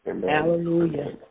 Hallelujah